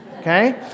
okay